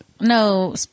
No